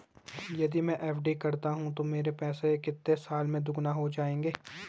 यदि मैं एफ.डी करता हूँ तो मेरे पैसे कितने साल में दोगुना हो जाएँगे?